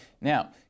Now